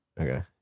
Okay